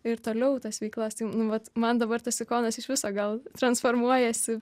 ir toliau tas veiklas tai nu vat man dabar tas sikonos iš viso gal transformuojasi